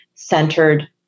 centered